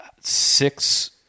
six